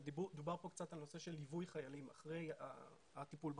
דובר פה קצת על נושא של ליווי חיילים אחרי הטיפול בחובות,